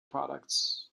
products